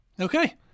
Okay